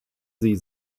sie